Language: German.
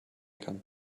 kann